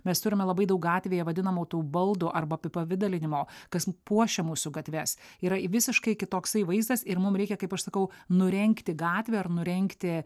mes turime labai daug gatvėje vadinamų tų baldų arba apipavidalinimo kas puošia mūsų gatves yra visiškai kitoksai vaizdas ir mum reikia kaip aš sakau nurengti gatvę ar nurengti